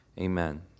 Amen